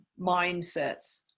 mindsets